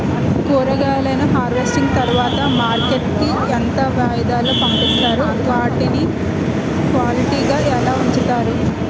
కూరగాయలను హార్వెస్టింగ్ తర్వాత మార్కెట్ కి ఇంత వ్యవది లొ పంపిస్తారు? వాటిని క్వాలిటీ గా ఎలా వుంచుతారు?